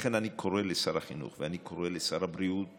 לכן אני קורא לשר החינוך ואני קורא לשר הבריאות